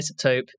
isotope